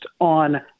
on